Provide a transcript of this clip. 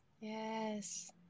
Yes